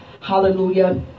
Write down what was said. hallelujah